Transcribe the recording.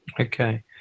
Okay